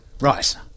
Right